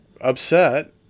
upset